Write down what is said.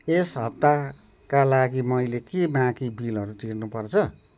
यस हप्ताका लागि मैले के बाँकी बिलहरू तिर्नु पर्छ